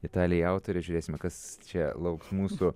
italiją autorė žiūrėsime kas čia lauks mūsų